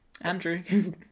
Andrew